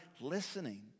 listening